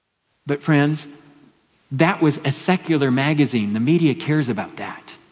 but friends that was a secular magazine, the media cares about that.